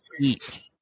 eat